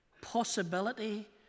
possibility